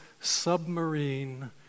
submarine